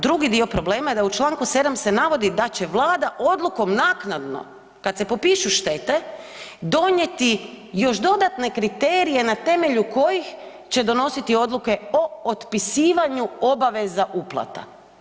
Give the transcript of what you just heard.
Drugi dio problema je da u članku 7. se navodi da će Vlada odlukom naknadno kad se popišu štete donijeti još dodatne kriterije na temelju kojih će donositi odluke o otpisivanju obaveza uplata.